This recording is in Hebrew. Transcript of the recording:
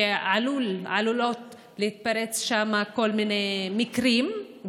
שידוע שעלולים להתפרץ שם כל מיני מקרים,